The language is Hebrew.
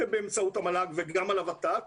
ובאמצעות מל"ג גם על הוות"ת,